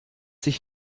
dich